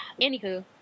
Anywho